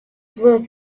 was